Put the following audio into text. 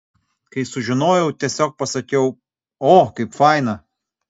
kai sužinojau tiesiog pasakiau o kaip faina